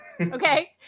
okay